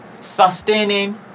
Sustaining